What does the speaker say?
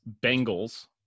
Bengals